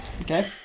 Okay